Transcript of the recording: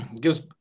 gives